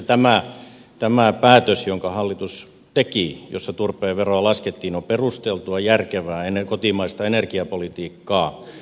siinä mielessä tämä päätös jonka hallitus teki ja jossa turpeen veroa laskettiin on perusteltua järkevää kotimaista energiapolitiikkaa